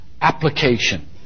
application